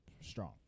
strong